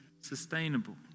sustainable